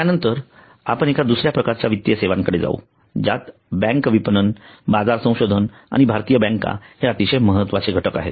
यानंतर आपण एका दुसर्या प्रकारच्या वित्तीय सेवांकडे जाऊ ज्यात बँक विपणन बाजार संशोधन आणि भारतीय बँका हे अतिशय महत्त्वाचे घटक आहेत